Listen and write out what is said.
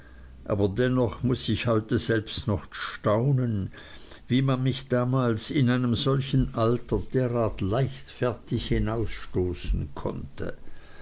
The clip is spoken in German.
aber dennoch muß ich selbst heute noch staunen wie man mich damals in einem solchen alter derartig leichtfertig hinausstoßen konnte